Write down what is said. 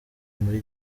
muri